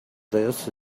this